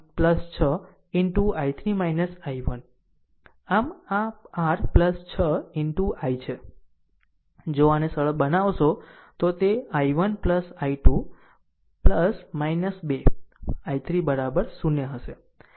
આમ આ r 6 into I છે જો આને સરળ બનાવશો તો તે I1 I2 2 I3 0 હશે આ સમીકરણ 3 છે